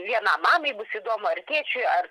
vienam mamai bus įdomu ar tėčiui ar